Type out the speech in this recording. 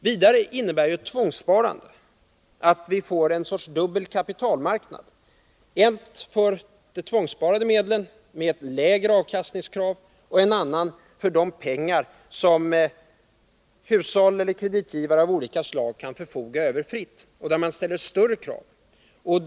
Vidare innebär ett tvångssparande att vi får en sorts dubbel kapitalmarknad — en för de tvångssparade medlen med ett lägre avkastningskrav och en annan för de pengar som hushåll eller kreditgivare av olika slag kan förfoga över fritt och där man ställer större krav på förräntning.